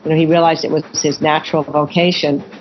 you know he realized it was his natural vocation.